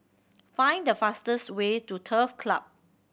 find the fastest way to Turf Club